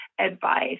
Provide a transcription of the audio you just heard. advice